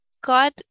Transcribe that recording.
God